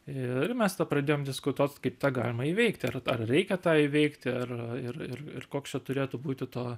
ir mes tą pradėjom diskutuot kaip tą galima įveikti ar ar reikia tą įveikti ir ir ir ir koks čia turėtų būti to